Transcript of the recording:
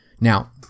Now